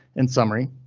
in summary,